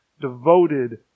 devoted